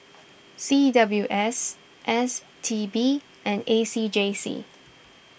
C W S S T B and A C J C